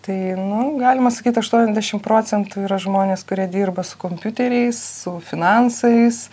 tai nu galima sakyt aštuoniasdešim procentų yra žmonės kurie dirba su kompiuteriais su finansais